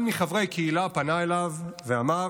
אחד מחברי הקהילה פנה אליו ואמר: